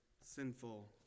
sinful